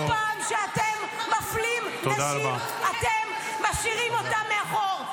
כל פעם שאתם מפלים נשים, אתם משאירים אותן מאחור.